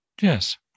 Yes